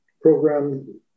program